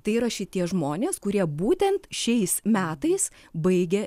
tai yra šitie žmonės kurie būtent šiais metais baigė